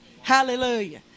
Hallelujah